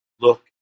Look